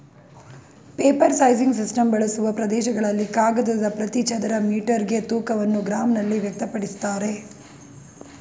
paper sizing system ಬಳಸುವ ಪ್ರದೇಶಗಳಲ್ಲಿ ಕಾಗದದ ಪ್ರತಿ ಚದರ ಮೀಟರ್ಗೆ ತೂಕವನ್ನು ಗ್ರಾಂನಲ್ಲಿ ವ್ಯಕ್ತಪಡಿಸ್ತಾರೆ